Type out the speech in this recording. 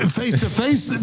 face-to-face